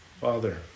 Father